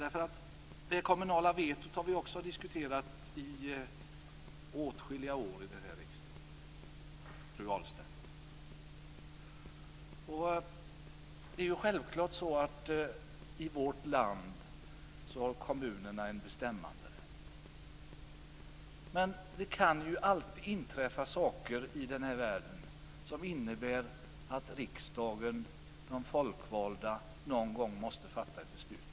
Vi har diskuterat det kommunala vetot i åtskilliga år i riksdagen, fru Ahlstedt. Självfallet har kommunerna en bestämmanderätt i vårt land. Det kan ju alltid inträffa saker i denna värld som innebär att riksdagen, de folkvalda, någon gång måste fatta ett beslut.